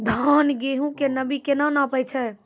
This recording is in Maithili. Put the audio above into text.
धान, गेहूँ के नमी केना नापै छै?